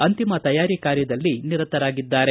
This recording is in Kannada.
ಅಂತಿಮ ತಯಾರಿ ಕಾರ್ಯದಲ್ಲಿ ನಿರತರಾಗಿದ್ದಾರೆ